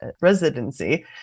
residency